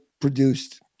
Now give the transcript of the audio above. produced